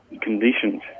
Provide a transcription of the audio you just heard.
conditions